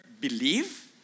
believe